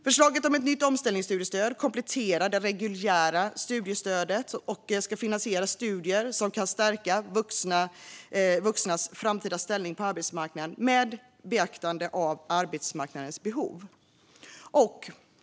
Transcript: Förslaget om ett nytt omställningsstudiestöd kompletterar det reguljära studiestödet och ska finansiera studier som kan stärka vuxnas framtida ställning på arbetsmarknaden med beaktande av arbetsmarknadens behov.